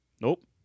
Nope